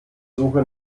suche